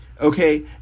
Okay